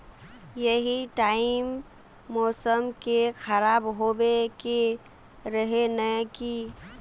यही टाइम मौसम के खराब होबे के रहे नय की?